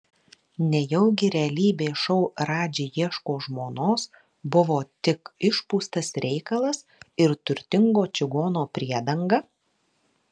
nejaugi realybės šou radži ieško žmonos buvo tik išpūstas reikalas ir turtingo čigono priedanga